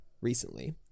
recently